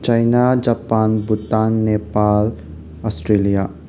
China Japan Bhutan Nepal Australia